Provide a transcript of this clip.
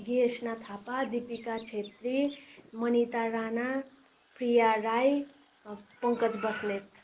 Gesna Thapa Deepika Chhetri Manita Rana Priya Rai Pankaj Basnet